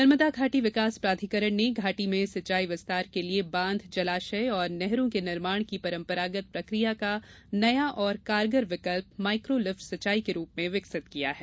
नर्मदा घाटी विकास प्राधिकरण ने घाटी में सिंचाई विस्तार के लिये बांध जलाशय और नहरों के निर्माण की परम्परागत प्रक्रिया का नया और कारगर विकल्प माईक्रो लिफ्ट सिंचाई के रूप में विकसित किया है